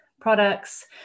products